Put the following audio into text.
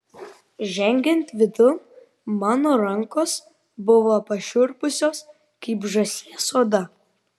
žengiant vidun mano rankos buvo pašiurpusios kaip žąsies oda